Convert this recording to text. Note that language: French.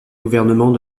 gouvernement